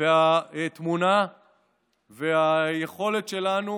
התמונה והיכולת שלנו